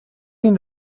این